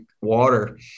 water